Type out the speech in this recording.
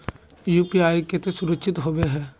UPI केते सुरक्षित होबे है?